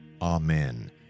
Amen